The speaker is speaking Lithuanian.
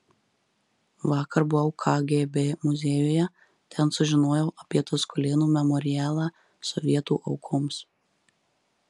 vakar buvau kgb muziejuje ten sužinojau apie tuskulėnų memorialą sovietų aukoms